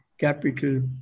capital